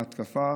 את ההתקפה